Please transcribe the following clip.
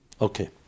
Okay